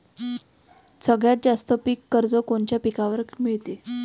सगळ्यात जास्त पीक कर्ज कोनच्या पिकावर मिळते?